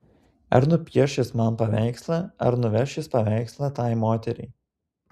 ar nupieš jis man paveikslą ar nuveš jis paveikslą tai moteriai